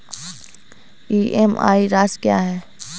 EMI राशि क्या है?